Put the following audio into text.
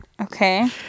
Okay